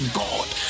god